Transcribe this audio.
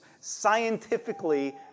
scientifically